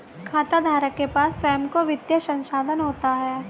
खाताधारक के पास स्वंय का वित्तीय संसाधन होता है